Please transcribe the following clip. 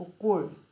কুকুৰ